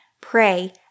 Pray